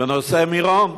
בנושא מירון,